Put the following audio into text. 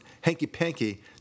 hanky-panky